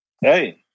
Hey